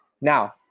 now